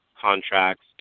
contracts